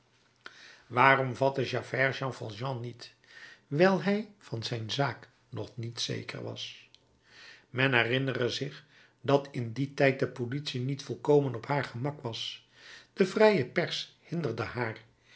waarom vatte javert jean valjean niet wijl hij van zijn zaak nog niet zeker was men herinnere zich dat in dien tijd de politie niet volkomen op haar gemak was de vrije pers hinderde haar